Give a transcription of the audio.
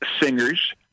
singers